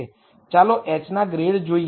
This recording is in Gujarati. ચાલો h ના ગ્રેડ જોઈએ